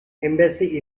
embassy